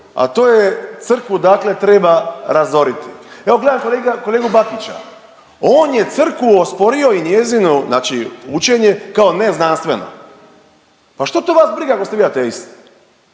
a to je crkvu dakle treba razoriti. Evo gledam kolegu Bakića, on je crkvu osporio i njezino znači učenje kao neznanstveno. Pa što vas briga ako ste vi ateist?